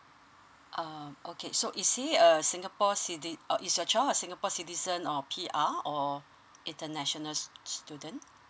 uh okay so is he a singapore citi~ or is your child singapore citizen or P_R or international stu~ students